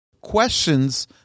questions